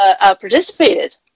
participated